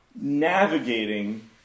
navigating